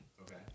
okay